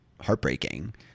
heartbreaking